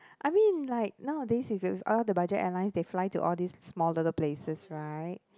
I mean like nowadays is this all the budget airlines they fly to all these small little places right